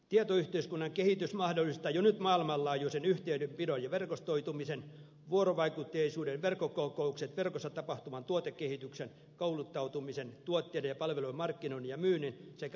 tietoyhteiskunnan kehitys mahdollistaa jo nyt maailmanlaajuisen yhteydenpidon ja verkostoitumisen vuorovaikutteisuuden verkkokokoukset verkossa tapahtuvan tuotekehityksen kouluttautumisen tuotteiden ja palvelujen markkinoinnin ja myynnin sekä asiakaspalvelun